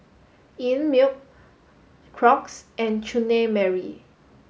Einmilk Crocs and Chutney Mary